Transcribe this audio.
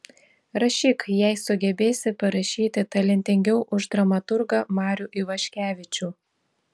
rašyk jei sugebėsi parašyti talentingiau už dramaturgą marių ivaškevičių